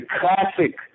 classic